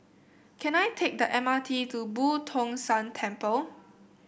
can I take the M R T to Boo Tong San Temple